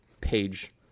Page